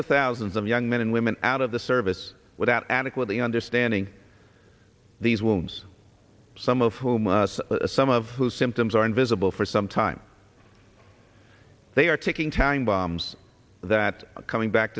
of thousands of young men and women out of the service without adequately understanding these rooms some of whom are some of who symptoms are invisible for some time they are ticking time bombs that are coming back